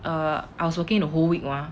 err I was working the whole week mah